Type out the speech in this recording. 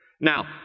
Now